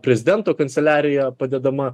prezidento kanceliarija padedama